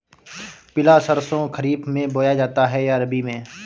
पिला सरसो खरीफ में बोया जाता है या रबी में?